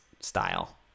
style